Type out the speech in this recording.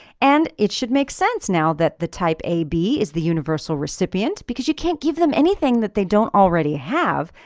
and it should make sense now that the type ab is the universal recipient because you can't give them anything that they don't already have!